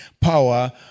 power